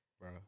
bro